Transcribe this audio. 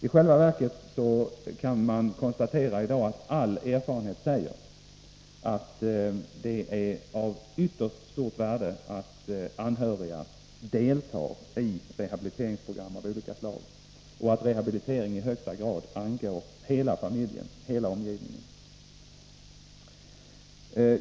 I själva verket kan man i dag konstatera att all erfarenhet säger att det är av ytterst stort värde att anhöriga deltar i rehabiliteringsprogram av olika slag och att rehabilitering i högsta grad angår hela familjen, hela omgivningen.